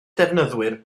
defnyddwyr